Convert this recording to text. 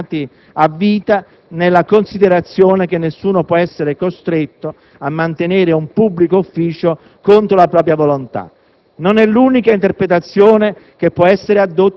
come ammissibilità delle dimissioni dei senatori nominati a vita, nella considerazione che nessuno può essere costretto a mantenere un pubblico ufficio contro la propria volontà.